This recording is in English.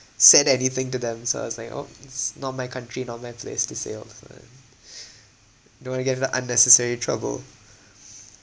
said anything to them so I was like oh this is not my country not my place to say upfront don't want to get into unnecessary trouble